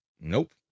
nope